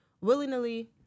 willingly